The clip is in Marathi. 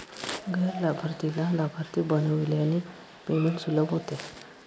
गैर लाभार्थीला लाभार्थी बनविल्याने पेमेंट सुलभ होते